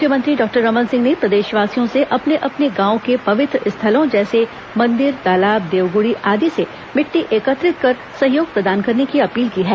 मुख्यमंत्री डॉक्टर रमन सिंह ने प्रदेशवासियों से अपने अपने गांवों के पवित्र स्थलों जैसे मंदिर तालाब देवगुड़ी आदि से मिट्टी एकत्रित कर सहयोग प्रदान करने की अपील की है